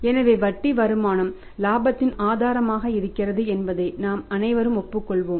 எனவே வட்டி வருமானம் இலாபத்தின் ஆதாரமாக இருக்கிறது என்பதை நாம் அனைவரும் ஒப்புக்கொள்வோம்